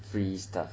free stuff